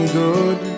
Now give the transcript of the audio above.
good